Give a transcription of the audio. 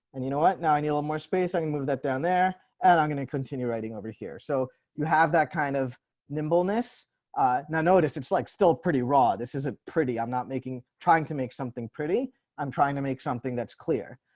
and you know what, now i need more space. i can move that down there and i'm going to continue writing over here. so you have that kind of nimbleness reshan richards now notice, it's like still pretty raw. this is a pretty i'm not making trying to make something pretty i'm trying to make something that's clear.